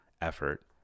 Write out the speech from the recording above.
effort